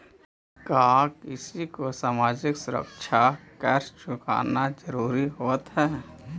का किसी को सामाजिक सुरक्षा कर चुकाना जरूरी होवअ हई